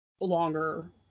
Longer